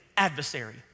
adversary